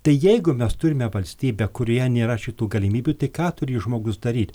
tai jeigu mes turime valstybę kurioje nėra šitų galimybių tai ką turi žmogus daryt